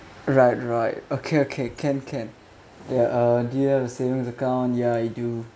right right okay okay can can ya uh do you have a savings account ya I do